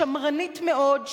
שמרנית מאוד,